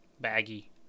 Baggy